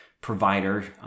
provider